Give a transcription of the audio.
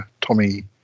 Tommy